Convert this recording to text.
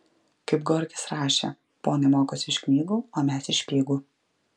kaip gorkis rašė ponai mokosi iš knygų o mes iš špygų